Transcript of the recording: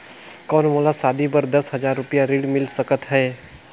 कौन मोला शादी बर दस हजार रुपिया ऋण मिल सकत है?